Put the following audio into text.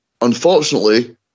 Unfortunately